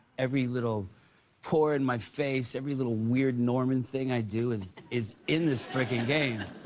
every little pore in my face, every little weird norman thing i do is is in this freaking game.